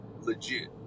legit